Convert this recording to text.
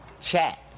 chat